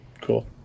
Cool